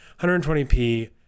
120p